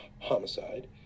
Homicide